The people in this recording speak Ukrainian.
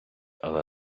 але